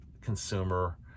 consumer